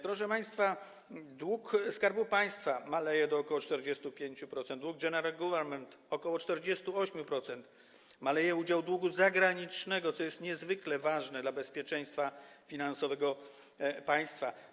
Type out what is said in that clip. Proszę państwa, dług Skarbu Państwa maleje do ok. 45%, dług general government - ok. 48%, maleje udział długu zagranicznego, co jest niezwykle ważne dla bezpieczeństwa finansowego państwa.